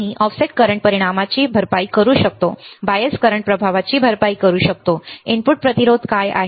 आम्ही ऑफसेट करंटच्या परिणामाची भरपाई करू शकतो बायस करंटच्या प्रभावाची भरपाई करू शकतो इनपुट प्रतिरोध काय आहे